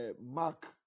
mark